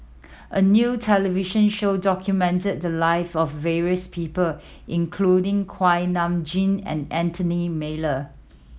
a new television show documented the live of various people including Kuak Nam Jin and Anthony Miller